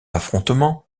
affrontement